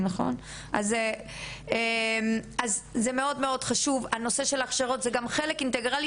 אז זה מאוד מאוד חשוב כל הנושא הזה של ההכשרות וזה גם חלק אינטגרלי